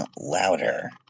Louder